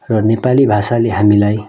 र नेपाली भाषाले हामीलाई